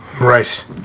Right